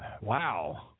wow